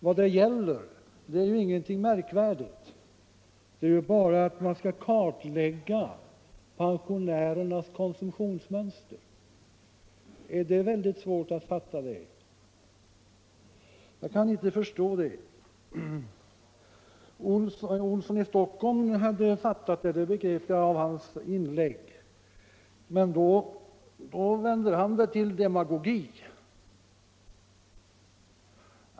Vad det gäller är ingenting märkvärdigt. Vi vill bara att man skall kartlägga pensionärernas konsumtionsmönster. Är det svårt att fatta? Jag kan inte förstå det. Herr Olsson i Stockholm hade fattat det — det begrep jag av hans inlägg. Men han vände det till demagogi.